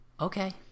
okay